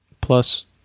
Plus